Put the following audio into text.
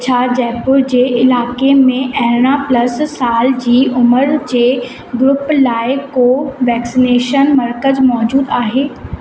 छा जयपुर जे इलाइक़े में अरिड़हां प्लस साल जी उमिरि जे ग्रुप लाइ को वैक्सीनेशन मर्कज़ु मौजूदु आहे